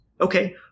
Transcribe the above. Okay